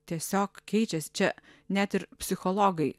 tiesiog keičiasi čia net ir psichologai